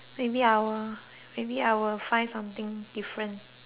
maybe I will find something different